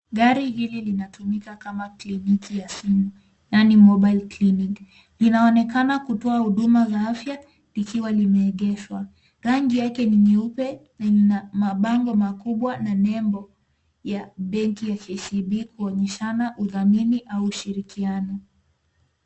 Gari hili linatumika kama kliniki ya simu, yani mobile clinic . Linaonekana kutoa huduma za afya likiwa limeegeshwa. Rangi yake ni nyeupe na lina mabango makubwa na nembo ya benki ya KCB kuonyeshana udhamini au ushirikiano.